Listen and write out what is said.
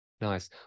Nice